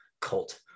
cult